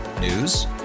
News